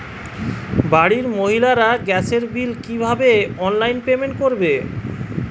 বাড়ির মহিলারা গ্যাসের বিল কি ভাবে অনলাইন পেমেন্ট করবে?